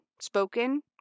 Spoken